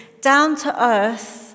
down-to-earth